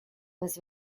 was